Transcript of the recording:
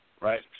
right